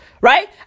Right